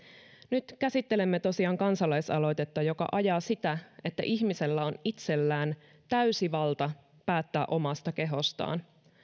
nyt käsittelemme tosiaan kansalaisaloitetta joka ajaa sitä että ihmisellä on itsellään täysi valta päättää omasta kehostaan